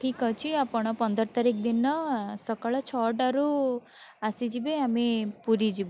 ଠିକ୍ ଅଛି ଆପଣ ପନ୍ଦର ତାରିଖ ଦିନ ସକାଳ ଛଅଟାରୁ ଆସିଯିବେ ଆମେ ପୁରୀ ଯିବୁ